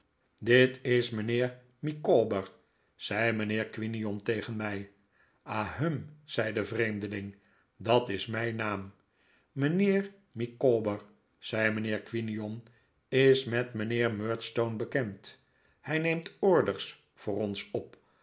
dit is mijnheer micawber zei mijnheer quinion tegen mij a hm zei de vreemdeling dat is mijn naam mijnheer micawber zei mijnheer quinion is met mijnheer murdstone bekend hij neemt orders voor ons op